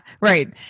right